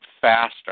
faster